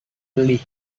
beli